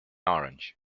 orange